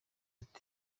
ati